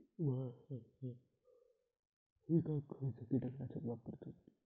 महाराष्ट्रात खयच्या पिकाक खयचा कीटकनाशक वापरतत?